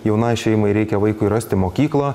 jaunai šeimai reikia vaikui rasti mokyklą